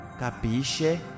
Capisce